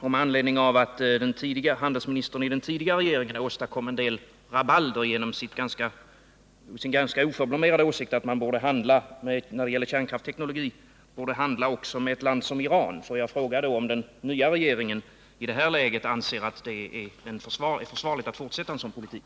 Mot den bakgrunden och med anledning av att handelsministern i den tidigare regeringen åstadkom en del rabalder genom sin ganska oförblommerade åsikt att man när det gäller kärnkraftsteknologi borde handla också med ett land som Iran vill jag slutligen fråga om den nya regeringen i det här läget anser det vara försvarligt att fortsätta en sådan politik.